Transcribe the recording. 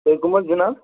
تُہۍ کم حظ جناب